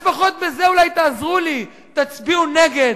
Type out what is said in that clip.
לפחות בזה אולי תעזרו לי, תצביעו נגד.